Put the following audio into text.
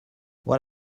what